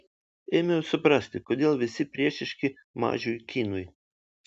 ėmiau suprasti kodėl visi priešiški mažiui kinui